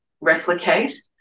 replicate